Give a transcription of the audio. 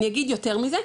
אני אגיד יותר מזה,